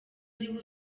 ariwe